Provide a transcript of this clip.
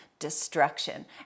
Destruction